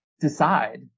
decide